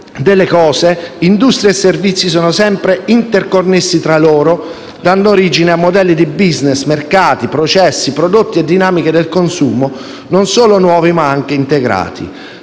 delle cose, industria e servizi sono sempre più interconnessi tra loro dando origine a modelli di *business*, mercati, processi, prodotti e dinamiche del consumo, non solo nuovi ma anche integrati.